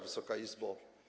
Wysoka Izbo!